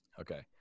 Okay